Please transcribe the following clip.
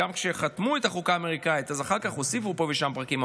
וכשחתמו את החוקה האמריקאית אז אחר כך הוסיפו פה ושם פרקים,